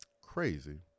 Crazy